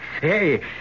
Hey